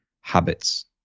habits